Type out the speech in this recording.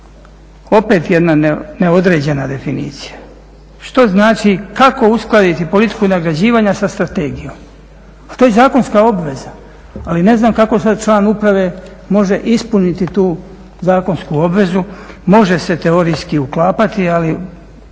Opet jedna neodređena definicija. Što znači kako uskladiti politiku nagrađivanja sa strategijom? Pa to je zakonska obveza, ali ne znam kako sada član uprave može ispuniti tu zakonsku obvezu. Može se teorijski uklapati ali